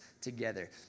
together